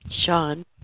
Sean